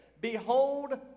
behold